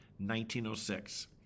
1906